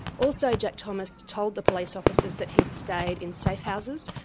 also jack thomas told the police officers that he'd stayed in safe houses,